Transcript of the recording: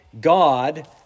God